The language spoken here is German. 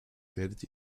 werdet